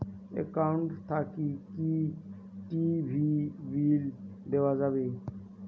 Account থাকি কি TV bill দেওয়া যাবে?